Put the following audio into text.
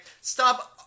Stop